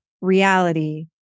reality